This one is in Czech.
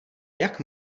jak